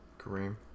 Kareem